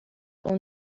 اون